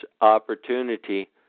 opportunity